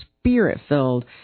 spirit-filled